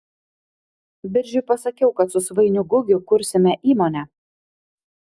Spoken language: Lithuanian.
biržiui pasakiau kad su svainiu gugiu kursime įmonę